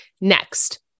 Next